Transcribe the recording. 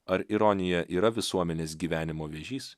ar ironija yra visuomenės gyvenimo vėžys